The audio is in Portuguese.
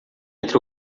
entre